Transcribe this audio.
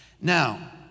Now